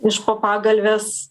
iš po pagalvės